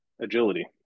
agility